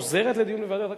חוזרת לדיון בוועדת הכלכלה?